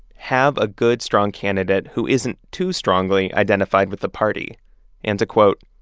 have a good, strong candidate who isn't too strongly identified with the party and to, quote,